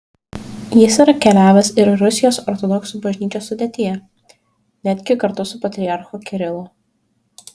jis yra keliavęs ir rusijos ortodoksų bažnyčios sudėtyje netgi kartu su patriarchu kirilu